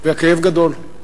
והכאב גדול.